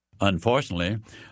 unfortunately